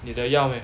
你的要 meh